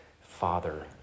father